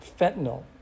fentanyl